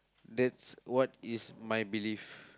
that's what is my belief